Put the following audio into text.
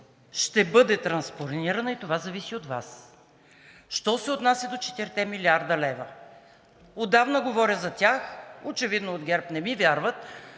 ще бъде транспонирана и това зависи от Вас. Що се отнася до четирите милиарда лева. Отдавна говоря за тях и очевидно от ГЕРБ не ми вярват.